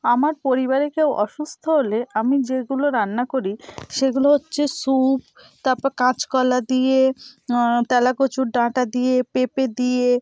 আমার পরিবারের কেউ অসুস্থ হলে আমি যেগুলো রান্না করি সেগুলো হচ্ছে স্যুপ তাপর কাঁচ কলা দিয়ে তেলা কচুর ডাঁটা দিয়ে পেঁপে দিয়ে